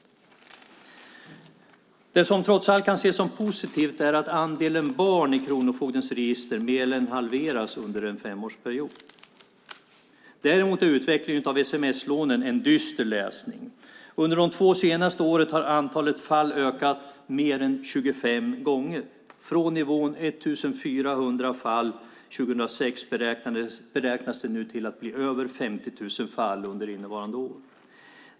Det som trots allt kan ses som positivt är att andelen barn i kronofogdens register mer än halverats under en femårsperiod. Däremot är utvecklingen av sms-lånen dyster. Under de två senaste åren har antalet fall ökat mer än 25 gånger. Det var 1 400 fall under 2006, och nu beräknas det att bli över 50 000 fall under innevarande år.